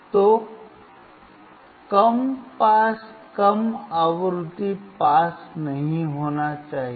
तो कम पास कम आवृत्ति पास नहीं होना चाहिए